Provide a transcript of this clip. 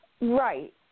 Right